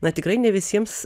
na tikrai ne visiems